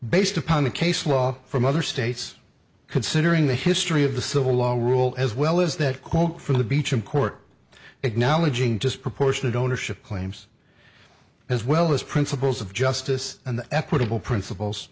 based upon the case law from other states considering the history of the civil law rule as well as that quote from the beach in court acknowledging just proportionate ownership claims as well as principles of justice and equitable principles